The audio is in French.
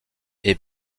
est